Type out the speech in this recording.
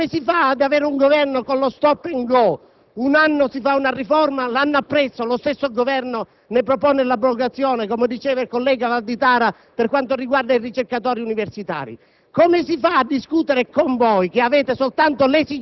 che andate avanti per *slogan*? Come si fa ad avere un Governo con lo *stop and go*: un anno si fa una riforma, l'anno successivo lo stesso Governo ne propone l'abrogazione - come sottolineava il senatore Valditara - per quanto riguarda i ricercatori universitari?